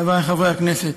חברי חברי הכנסת,